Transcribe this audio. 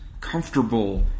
comfortable